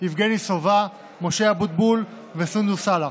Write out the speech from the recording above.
יבגני סובה, משה אבוטבול וסונדוס סאלח.